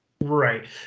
Right